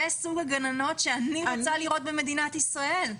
זה סוג הגננות שאני רוצה לראות במדינת ישראל.